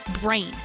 Brain